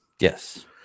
Yes